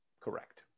Correct